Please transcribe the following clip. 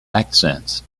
accents